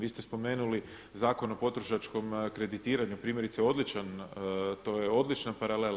Vi ste spomenuli Zakon o potrošačkom kreditiranju, primjerice odličan, to je odlična paralela.